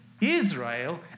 Israel